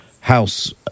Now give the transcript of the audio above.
house